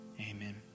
amen